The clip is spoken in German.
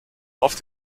oft